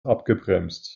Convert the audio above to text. abgebremst